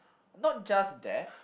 not just that